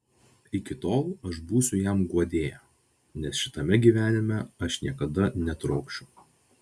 iki tol aš būsiu jam guodėja nes šitame gyvenime aš niekada netrokšiu